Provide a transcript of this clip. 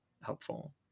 helpful